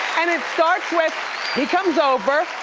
and it starts with he comes over,